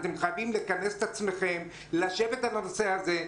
אתם חייבים לכנס את עצמכם, לשבת על הנושא הזה.